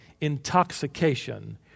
intoxication